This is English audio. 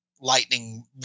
lightning